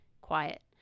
quiet